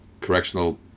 Correctional